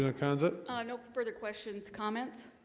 and concept ah no further questions comments.